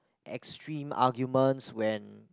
extreme arguments when